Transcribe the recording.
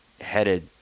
headed